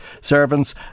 servants